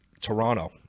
toronto